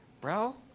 bro